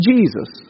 Jesus